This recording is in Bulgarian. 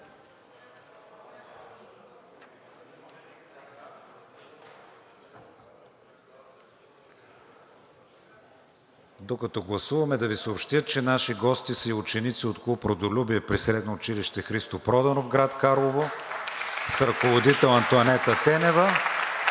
Докато гласуваме, да Ви съобщя, че наши гости са ученици от клуб „Родолюбие“ при Средно училище „Христо Проданов“, град Карлово, с ръководител Антоанета Тенева